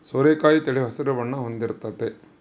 ಸೋರೆಕಾಯಿ ತೆಳು ಹಸಿರು ಬಣ್ಣ ಹೊಂದಿರ್ತತೆ